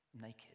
naked